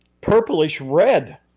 purplish-red